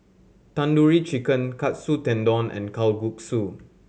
Tandoori Chicken Katsu Tendon and Kalguksu